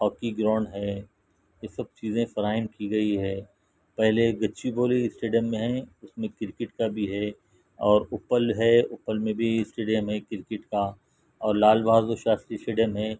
hockey ground ہیں یہ سب چیزیں فراہم کی گئی ہے پہلے ایک گچی بولی اسٹیڈیم میں ہیں اس میں کرکٹ کا بھی ہے اور اپل ہے اپل میں بھی اسٹیڈیم ہے کرکٹ کا اور لال بہادر شاستری اسٹیڈیم ہیں